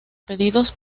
pedidos